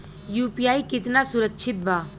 UPI कितना सुरक्षित बा?